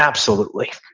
absolutely,